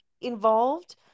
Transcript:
involved